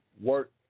work